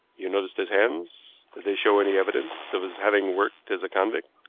you noticed his hands. did they show any evidence of his having worked as a convict?